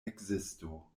ekzisto